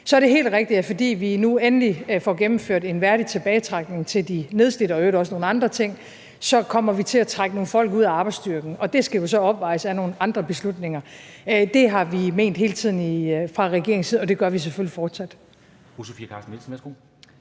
Så er det helt rigtigt, at fordi vi nu endelig får gennemført en værdig tilbagetrækning til de nedslidte og i øvrigt også nogle andre ting, kommer vi til at trække nogle folk ud af arbejdsstyrken, og det skal jo så opvejes af nogle andre beslutninger. Det har vi ment hele tiden fra regeringens side, og det gør vi selvfølgelig fortsat.